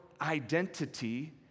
identity